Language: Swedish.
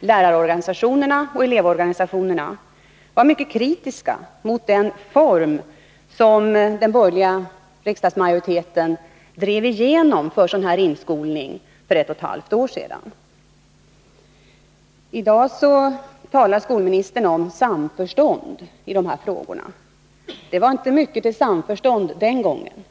—lärarorganisationerna och elevorganisationerna — mycket kritiska mot den form som den borgerliga riksdagsmajoriteten drev igenom för sådan här inskolning för ett och ett halvt år sedan. I dag talar skolministern om samförstånd i dessa frågor. Det var inte mycket till samförstånd den gången.